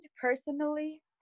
personally